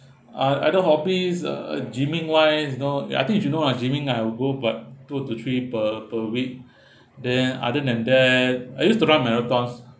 uh other hobbies uh gymming wise you know you I think you should know lah gymming I will go but two to three per per week then other than that I used to run marathons